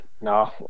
no